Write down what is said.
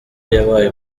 yabaye